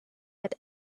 had